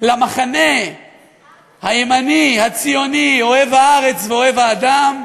למחנה הימני, הציוני, אוהב הארץ ואוהב האמת,